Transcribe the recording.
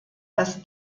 dass